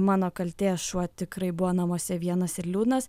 mano kaltė šuo tikrai buvo namuose vienas ir liūdnas